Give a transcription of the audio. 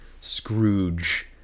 Scrooge